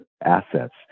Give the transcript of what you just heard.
assets